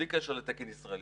בלי קשר לתקן ישראלי.